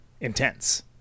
intense